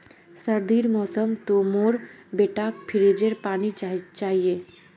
सर्दीर मौसम तो मोर बेटाक फ्रिजेर पानी चाहिए